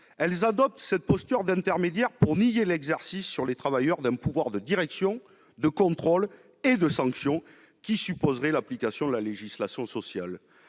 elles adoptent cette posture d'intermédiaire pour nier l'exercice sur les travailleurs d'un pouvoir de direction, de contrôle et de sanction qui supposerait l'application de la législation sociale.